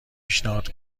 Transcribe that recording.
پیشنهاد